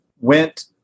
went